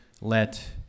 let